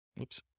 Oops